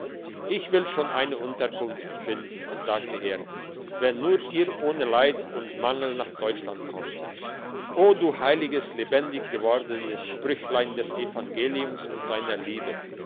ich will schon eine unterkunft finden sagte er wenn nur ihr ohne leid und mangel nach deutschland kommt o du heiliges lebendig gewordenes sprüchlein des evangeliums und seiner liebe